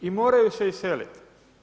I moraju se iseliti.